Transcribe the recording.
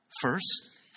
first